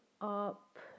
up